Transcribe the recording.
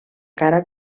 cara